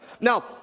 Now